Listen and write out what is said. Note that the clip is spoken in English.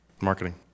Marketing